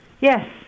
Yes